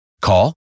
Call